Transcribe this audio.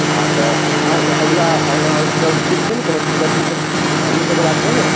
हँ तऽ अहाँके अगला आवाहन सब ठीक छै ने कोनो दिक्कत ईसब फैमली सबके बात नहि ने